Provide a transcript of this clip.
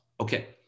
Okay